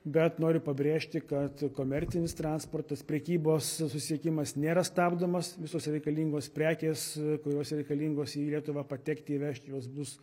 bet noriu pabrėžti kad komercinis transportas prekybos susisiekimas nėra stabdomas visos reikalingos prekės kurios reikalingos į lietuvą patekti įvežti jos bus